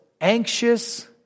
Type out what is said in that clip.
anxious